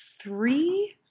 three